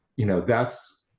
you know, that's,